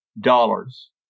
dollars